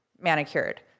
manicured